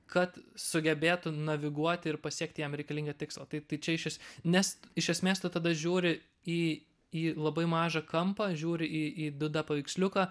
kad sugebėtų naviguoti ir pasiekti jam reikalingą tikslą tai tai čia išvis nes iš esmės tu tada žiūri į į labai mažą kampą žiūri į į du d paveiksliuką